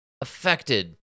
affected